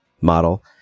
model